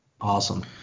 Awesome